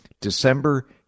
December